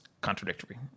contradictory